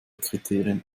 kriterien